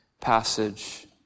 passage